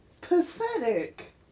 pathetic